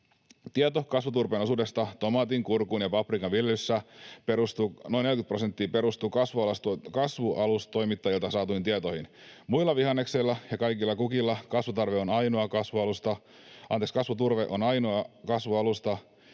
Tieto kasvuturpeen osuudesta tomaatin, kurkun ja paprikan viljelyssä, noin 40 prosenttia, perustuu kasvualustatoimittajilta saatuihin tietoihin. Muilla vihanneksilla ja kaikilla kukilla kasvuturve on ainoa kasvualusta,